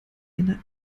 einer